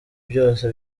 byose